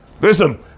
Listen